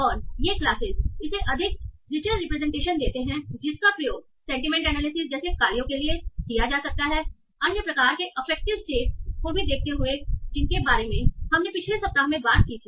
और ये क्लासेस इसे अधिक रिचर रिप्रेजेंटेशन देते हैं जिसका उपयोग सेंटीमेंट एनालिसिस जैसे कार्यों के लिए किया जा सकता है अन्य प्रकार के अफेक्टिव स्टेट को भी देखते हुए जिनके बारे में हमने पिछले सप्ताह में बात की थी